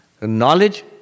Knowledge